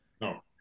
No